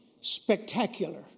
spectacular